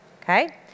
okay